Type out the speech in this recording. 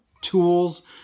tools